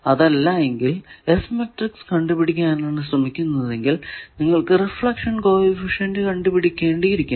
അതല്ല എങ്കിൽ S matrix കണ്ടുപിടിക്കാനാണ് ശ്രമിക്കുന്നതെങ്കിൽ നിങ്ങൾക്കു റിഫ്ലക്ഷൻ കോ എഫിഷ്യന്റ് കണ്ടുപിടിക്കേണ്ടി ഇരിക്കുന്നു